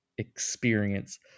experience